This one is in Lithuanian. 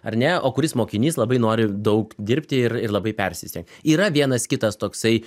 ar ne o kuris mokinys labai nori daug dirbti ir ir labai persisten yra vienas kitas toksai